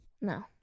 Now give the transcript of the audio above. No